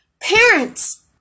Parents